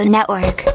Network